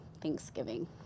Thanksgiving